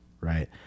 right